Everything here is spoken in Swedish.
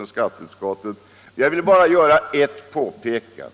än skatteutskottet — men jag vill göra ett påpekande.